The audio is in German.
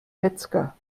metzger